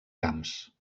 camps